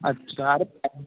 अच्छा अरे पैसे